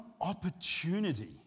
opportunity